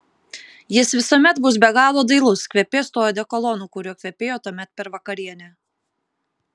jis visuomet bus be galo dailus kvepės tuo odekolonu kuriuo kvepėjo tuomet per vakarienę